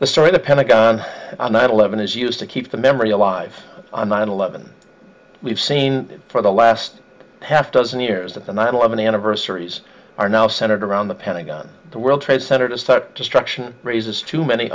the story the pentagon on nine eleven is used to keep the memory alive on nine eleven we've seen for the last half dozen years that the nine eleven anniversary is are now senator around the pentagon the world trade center to start destruction raises too many